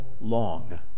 long